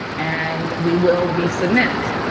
and we will resubmit.